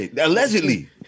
allegedly